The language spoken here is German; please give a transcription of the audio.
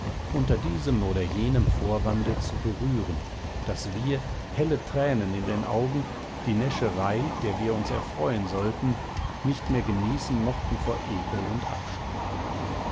unter diesem oder jenem vorwande zu berühren daß wir helle tränen in den augen die näscherei der wir uns erfreuen sollten nicht mehr genießen mochten vor ekel und abscheu